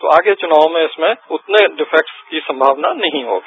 जो आगे चुनाव में इसमें उतने डिफेक्ट्स की संभावना नहीं होगी